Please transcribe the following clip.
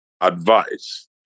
advice